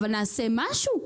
נעשה משהו.